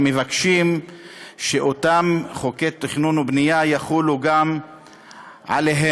שמבקשים שאותם חוקי תכנון ובנייה יחולו גם עליהם.